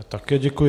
Také děkuji.